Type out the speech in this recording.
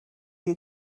you